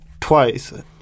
twice